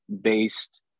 based